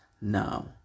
now